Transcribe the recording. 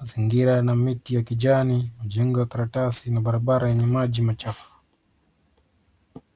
Mazingira yana miti ya kijani ,majengo ya karatasi na barabara yenye maji machafu.